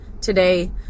today